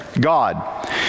God